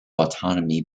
autonomy